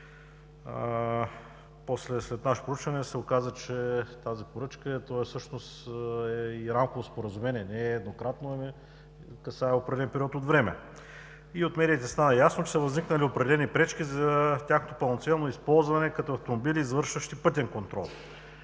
след наше проучване, се оказа, че тази поръчка е и рамково споразумение, не е еднократно, а касае определен период от време. От медиите стана ясно, че са възникнали определени пречки за тяхното пълноценно използване като автомобили, извършващи пътен контрол.